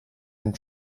and